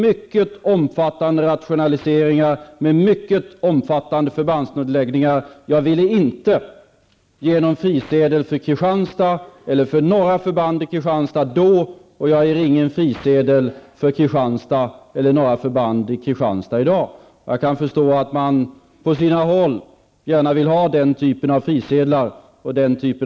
Arbetsförmedlingen väntar ytterligare varsel. Situationen i Örnsköldsviks kommun är inte någon tillfällig sysselsättningskris utan präglas av mer djupgående strukturella problem. För att underlätta etablering av nya företag krävs att Örnsköldsviks kommun i sin helhet inplaceras inom stödområde 2.